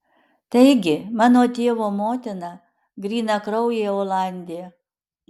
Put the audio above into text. taigi mano tėvo motina grynakraujė olandė